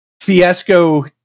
fiasco